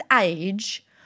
age